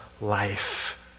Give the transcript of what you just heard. life